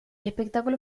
espectáculo